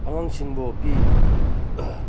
ꯑꯉꯥꯡꯁꯤꯡꯕꯨꯗꯤ